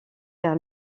vers